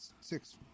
six